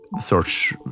search